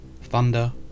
thunder